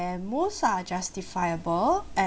and most are justifiable